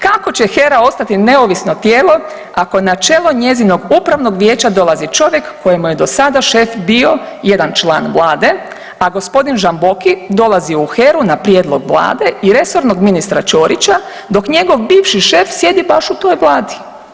Kako će HERA ostati neovisno tijelo ako na čelo njezinog upravnog vijeća dolazi čovjek kojemu je do sada šef bio jedan član Vlade, a gospodin Žamboki dolazi u HERU na prijedlog Vlade i resornog ministra Čorića dok njegov bivši šef sjedi baš u toj Vladi.